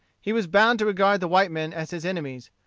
he was bound to regard the white men as his enemies,